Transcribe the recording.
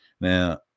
Now